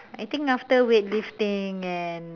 I think after weightlifting and